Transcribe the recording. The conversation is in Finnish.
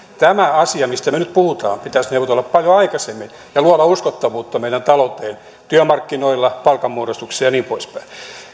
tämä asia mistä me nyt puhumme pitäisi neuvotella paljon aikaisemmin ja luoda uskottavuutta meidän talouteen työmarkkinoille palkanmuodostukseen ja niin poispäin